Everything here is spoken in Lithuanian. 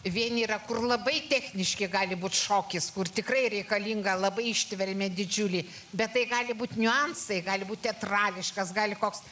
vieni yra kur labai techniški gali būti šokis kur tikrai reikalinga labai ištvermė didžiulė bet tai gali būti niuansai gali būt tetrališkas gali koks